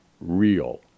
real